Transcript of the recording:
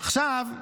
עכשיו,